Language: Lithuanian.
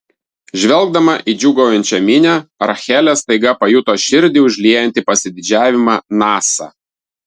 žvelgdama į džiūgaujančią minią rachelė staiga pajuto širdį užliejantį pasididžiavimą nasa